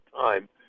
time